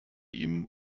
ihm